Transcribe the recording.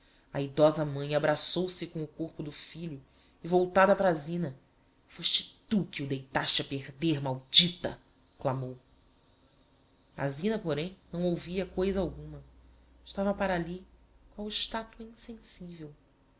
a edosa mãe abraçou-se com o corpo do filho e voltada para a zina fôste tu que o deitaste a perder maldita clamou a zina porém não ouvia coisa nenhuma estava para ali qual estatua insensivel